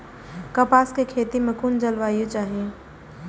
कपास के खेती में कुन जलवायु चाही?